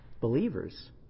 believers